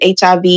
HIV